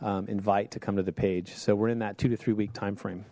invite to come to the page so we're in that two to three week time frame